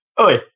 oi